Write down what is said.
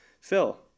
Phil